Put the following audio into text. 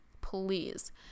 please